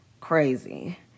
Crazy